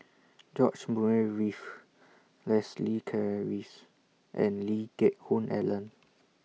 George Murray Reith Leslie Charteris and Lee Geck Hoon Ellen